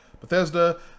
Bethesda